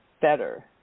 better